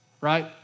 right